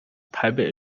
台北